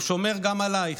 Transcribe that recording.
הוא שומר גם עלייך.